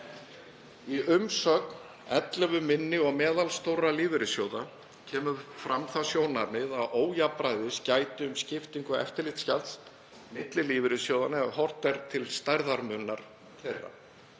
Í umsögn 11 minni og meðalstórra lífeyrissjóða kemur fram það sjónarmið að ójafnræðis gæti um skiptingu eftirlitsgjalds milli lífeyrissjóðanna ef horft er til stærðarmunar þeirra.